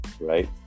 right